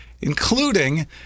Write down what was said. including